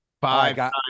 Five